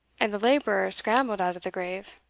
and the labourer scrambled out of the grave.